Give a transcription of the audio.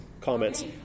comments